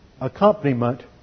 accompaniment